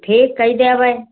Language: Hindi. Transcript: ठीक करी देबय